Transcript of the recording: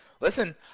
listen